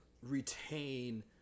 retain